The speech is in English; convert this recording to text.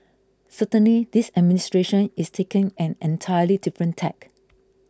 certainly this administration is taking an entirely different tack